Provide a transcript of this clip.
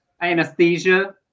Anesthesia